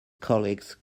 colleagues